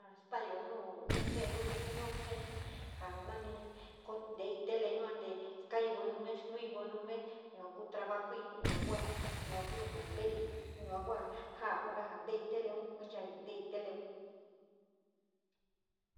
Ja staayo nu se´e luliyo yua jenai ja naní teí te yua te skay volume, ínuí volume yua ku trabaju yua kua, yua ku ja nteí yua kua ja´a hora teí teleu nchaiteí teleu.